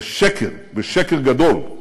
זה שקר, ושקר גדול.